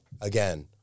Again